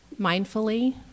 Mindfully